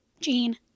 Jean